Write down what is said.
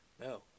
No